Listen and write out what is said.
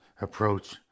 approach